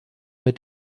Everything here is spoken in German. mit